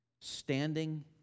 standing